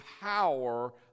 power